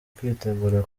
kwitegura